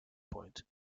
point